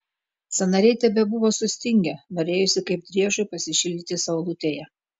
sąnariai tebebuvo sustingę norėjosi kaip driežui pasišildyti saulutėje